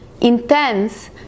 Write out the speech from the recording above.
intense